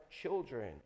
children